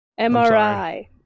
MRI